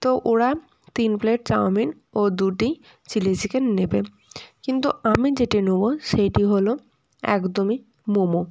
তো ওরা তিন প্লেট চাউমিন ও দুটি চিলি চিকেন নেবে কিন্তু আমি যেটি নেব সেইটি হলো একদমই মোমো